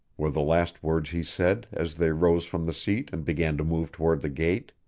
were the last words he said, as they rose from the seat and began to move toward the gate.